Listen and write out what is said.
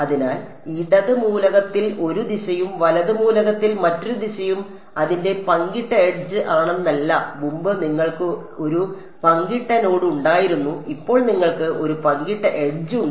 അതിനാൽ ഇടത് മൂലകത്തിൽ ഒരു ദിശയും വലത് മൂലകത്തിൽ മറ്റൊരു ദിശയും അതിന്റെ പങ്കിട്ട എഡ്ജ് ആണെന്നല്ല മുമ്പ് നിങ്ങൾക്ക് ഒരു പങ്കിട്ട നോഡ് ഉണ്ടായിരുന്നു ഇപ്പോൾ നിങ്ങൾക്ക് ഒരു പങ്കിട്ട എഡ്ജ് ഉണ്ട്